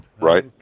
Right